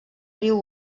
riu